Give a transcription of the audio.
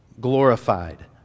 glorified